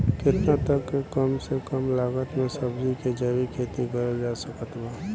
केतना तक के कम से कम लागत मे सब्जी के जैविक खेती करल जा सकत बा?